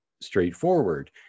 straightforward